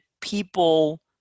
people